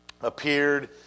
appeared